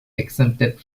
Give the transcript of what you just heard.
exempted